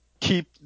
keep